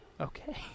Okay